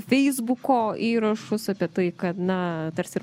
feisbuko įrašus apie tai kad na tarsi